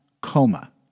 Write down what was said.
Coma